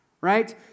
right